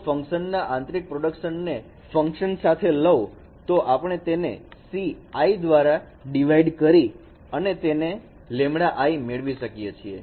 જો ફંકશનના આંતરિક પ્રોડકશનને ફંકશન સાથે લવ તો આપણે તેને c i દ્વારા ડિવાઇડ કરી અને તેને λ i મેળવી શકીએ છીએ